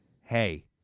hey